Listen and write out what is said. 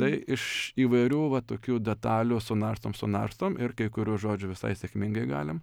tai iš įvairių va tokių detalių sunarstom sunarstom ir kai kurių žodžių visai sėkmingai galim